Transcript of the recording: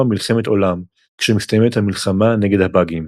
מלחמת עולם כשמסתיימת המלחמה נגד הבאגים.